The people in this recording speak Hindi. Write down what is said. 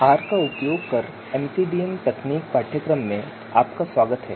आर का उपयोग कर एमसीडीएम तकनीक पाठ्यक्रम में आपका स्वागत है